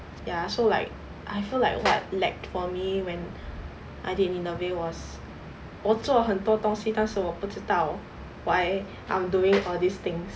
ya so like I feel like what lacked for me when I did nineveh was 我做很多东西但是我不知道 why I'm doing all these things